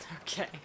Okay